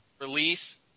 Release